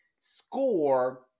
score